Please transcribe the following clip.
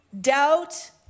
doubt